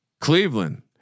Cleveland